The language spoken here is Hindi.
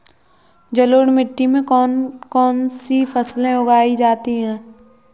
जलोढ़ मिट्टी में कौन कौन सी फसलें उगाई जाती हैं?